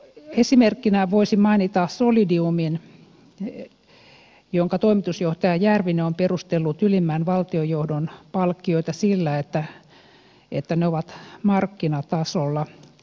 esimerkkinä voisin mainita solidiumin jonka toimitusjohtaja järvinen on perustellut ylimmän johdon palkkioita sillä että ne ovat markkinatasolla